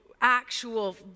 actual